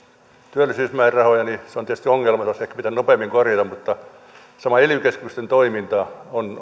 työllisyysmäärärahoja niin se on tietysti ongelma joka olisi ehkä pitänyt nopeammin korjata samoin ely keskusten toiminta on